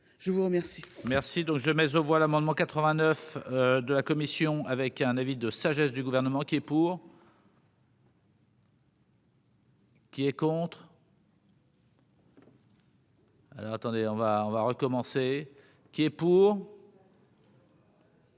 je vous remercie.